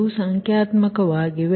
ಇವು ಸಂಖ್ಯಾತ್ಮಕವಾಗಿವೆ